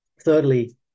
thirdly